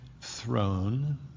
throne